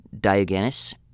Diogenes